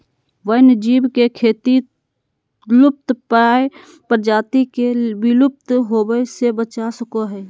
वन्य जीव के खेती लुप्तप्राय प्रजाति के विलुप्त होवय से बचा सको हइ